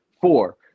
four